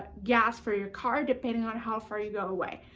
gas for your car, depending on how far you go away.